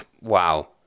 wow